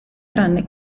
tranne